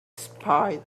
spite